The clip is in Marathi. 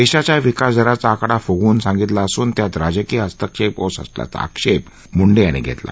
देशाच्या विकासदाराचा आकडा फुगवून सांगितलेला असून त्यात राजकीय हस्तक्षेप होत असल्याचा आक्षेप मुंडे यांनी यावेळी सांगितलं